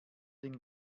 den